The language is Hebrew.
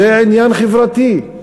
זה עניין חברתי.